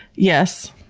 yes.